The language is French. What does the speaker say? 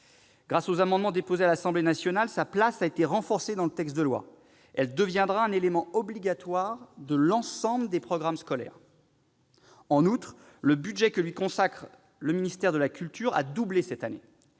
Grâce aux amendements déposés à l'Assemblée nationale, sa place a été renforcée dans la proposition de loi. Elle deviendra un élément obligatoire de l'ensemble des programmes scolaires. En outre, le budget que lui consacre le ministère de la culture a doublé cette année.